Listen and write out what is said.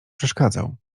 przeszkadzał